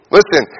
Listen